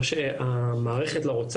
זה לא שהמערכת לא רוצה,